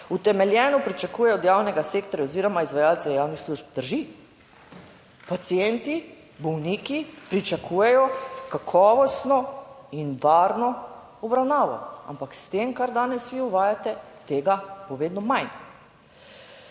utemeljeno pričakuje od javnega sektorja oziroma izvajalcev javnih služb. Drži. Pacienti, bolniki pričakujejo kakovostno in varno obravnavo. Ampak s tem, kar danes vi uvajate, tega bo vedno manj.